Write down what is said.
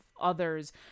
others